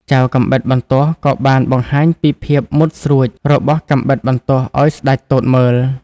ចៅកាំបិតបន្ទោះក៏បានបង្ហាញពីភាពមុតស្រួចរបស់កាំបិតបន្ទោះឱ្យស្ដេចទតមើល។